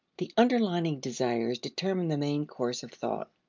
the underlying desires determine the main course of thought,